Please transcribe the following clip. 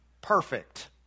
perfect